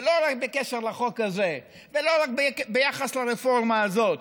ולא רק בקשר לחוק הזה ולא רק ביחס לרפורמה הזאת,